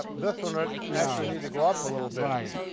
this one ah actually needs to go up a little behind